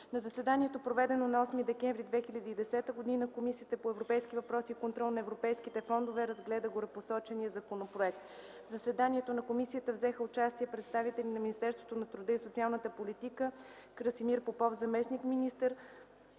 „На заседанието, проведено на 8 декември 2010 г., Комисията по европейските въпроси и контрол на европейските фондове разгледа горепосочения законопроект. В заседанието на Комисията взеха участие представители на Министерството на труда и социалната политика: Красимир Попов – заместник-министър,